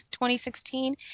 2016